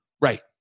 Right